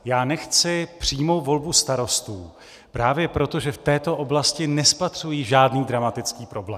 Já nechci přímou volbu starostů právě proto, že v této oblasti nespatřuji žádný dramatický problém.